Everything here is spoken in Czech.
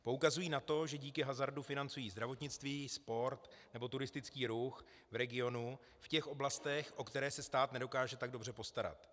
Poukazují na to, že díky hazardu financují zdravotnictví, sport nebo turistický ruch v regionu v těch oblastech, o které se stát nedokáže tak dobře postarat.